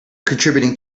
contributing